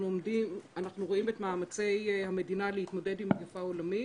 אנחנו רואים את מאמצי המדינה להתמודד עם מגיפה עולמית